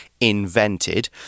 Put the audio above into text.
invented